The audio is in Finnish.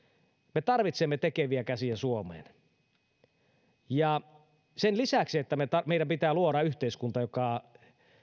me tarvitsemme tekeviä käsiä suomeen sen lisäksi että meidän pitää luoda yhteiskunta joka